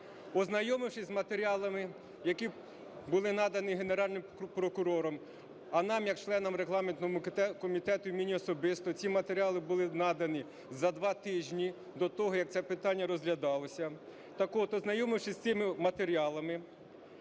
Ознайомившись з матеріалами, які були надані Генеральним прокурором, а нам як членам регламентного комітету, і мені особисто, ці матеріали були надані за два тижні до того, як це питання розглядалося, так от, ознайомившись з цими матеріалами,